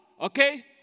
okay